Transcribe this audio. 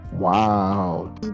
Wow